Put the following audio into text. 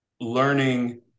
learning